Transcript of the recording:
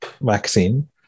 vaccine